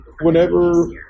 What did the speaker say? whenever